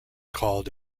called